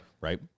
Right